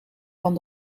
van